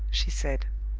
she said.